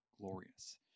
glorious